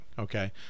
okay